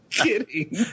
Kidding